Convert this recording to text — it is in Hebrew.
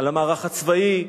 על המערך הצבאי,